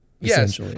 Yes